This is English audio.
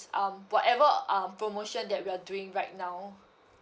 um whatever um promotion that we are doing right now